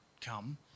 come